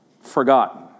forgotten